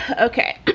okay